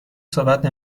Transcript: صحبت